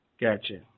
Gotcha